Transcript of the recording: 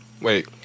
wait